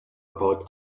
about